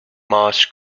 moss